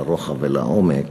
לרוחב ולעומק,